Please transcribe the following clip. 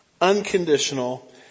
unconditional